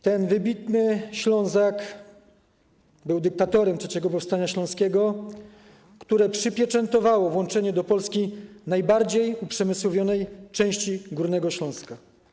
Ten wybitny Ślązak był dyktatorem III powstania śląskiego, które przypieczętowało włączenie do Polski najbardziej uprzemysłowionej części Górnego Śląska.